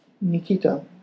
Nikita